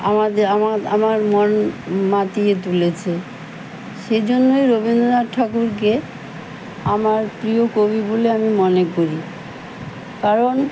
আমাদের আমার আমার মন মাতিয়ে তুলেছে সেই জন্যই রবীন্দ্রনাথ ঠাকুরকে আমার প্রিয় কবি বলে আমি মনে করি কারণ